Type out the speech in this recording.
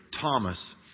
Thomas